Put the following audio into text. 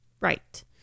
Right